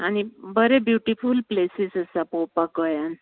आनी बरे beautiful places आसा पळोवपाक गोंयान